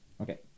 okay